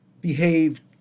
behaved